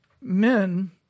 Men